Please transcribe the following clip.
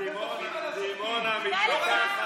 דימונה מתפתחת,